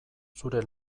zure